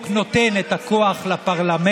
החוק נותן את הכוח לפרלמנט,